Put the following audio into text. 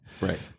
right